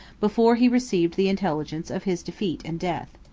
before he received the intelligence of his defeat and death.